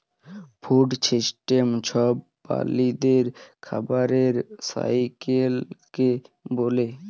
food system ছব প্রালিদের খাবারের সাইকেলকে ব্যলে